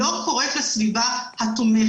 הוא לא קורה לסביבה התומכת.